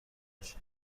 باشن